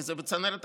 כי זה בצנרת הכנסת.